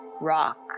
rock